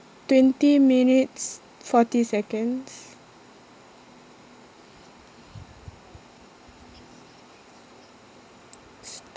twenty minutes forty seconds stop